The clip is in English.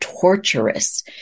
torturous